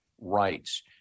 rights